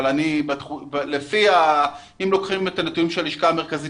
אם לוקחים את הנתונים של הלשכה המרכזית